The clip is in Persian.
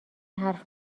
حرف